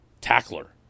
tackler